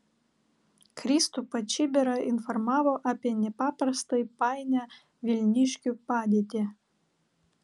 kristupą čibirą informavo apie nepaprastai painią vilniškių padėtį